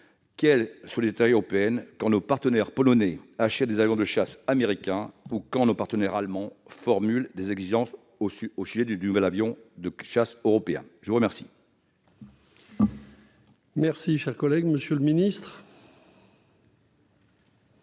de la solidarité européenne quand nos partenaires polonais achètent des avions de chasse américains, ou quand nos partenaires allemands formulent des exigences au sujet du nouvel avion de chasse européen ? La parole